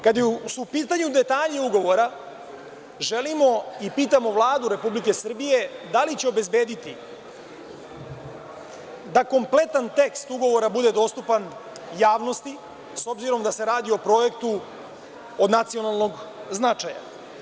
Kada su u pitanju detalji ugovora, želimo i pitamo Vladu Republike Srbije da li će obezbediti da kompletan tekst ugovora bude dostupan javnosti, s obzirom da se radi o projektu od nacionalnog značaja?